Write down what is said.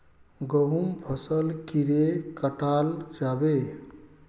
गहुम फसल कीड़े कटाल जाबे?